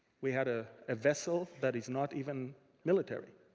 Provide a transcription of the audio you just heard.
we had ah a vessel that is not even military.